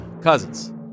Cousins